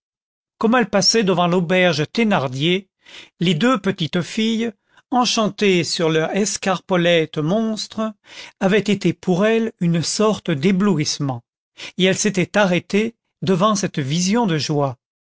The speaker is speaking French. comme elle passait devant l'auberge thénardier les deux petites filles enchantées sur leur escarpolette monstre avaient été pour elle une sorte d'éblouissement et elle s'était arrêtée devant cette vision de joie